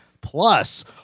Plus